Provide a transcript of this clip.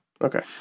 Okay